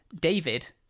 David